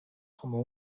como